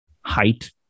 height